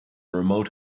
remote